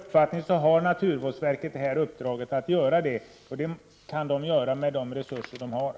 Herr talman! Enligt vår åsikt har naturvårdsverket ett uppdrag att göra detta, och naturvårdsverket kan klara det med de tillgängliga resurserna.